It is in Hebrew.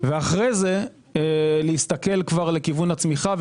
ואחרי זה להסתכל לכיוון הצמיחה.